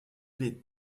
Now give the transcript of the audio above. les